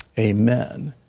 amen.